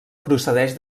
procedeix